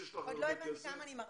אני עוד לא הבנתי כמה אני מרוויחה.